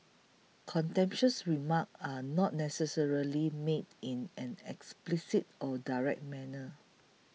contemptuous remarks are not necessarily made in an explicit or direct manner